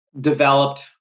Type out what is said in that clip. developed